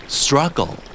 struggle